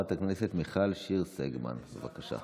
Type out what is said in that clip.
חברת הכנסת מיכל שיר סגמן, בבקשה.